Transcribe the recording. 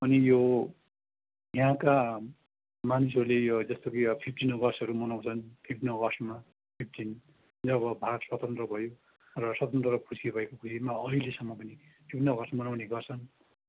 अनि यो यहाँका मानिसहरूले यो जस्तो कि अब फिफ्टिन अगस्टहरू मनाउँछन् फिफ्टिन अगस्टमा फिफ्टिन जब भारत स्वतन्त्र भयो र स्वतन्त्र खुसी भएको खुसीमा अहिलेसम्म पनि फिफ्टिन अगस्ट मनाउने गर्छन्